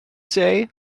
say